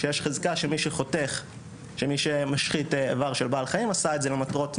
שיש חזקה שמי שמשחית איבר של בעל חיים עשה את זה למטרות נוי,